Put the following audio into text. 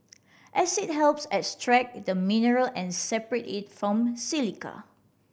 acid helps extract the mineral and separate it from silica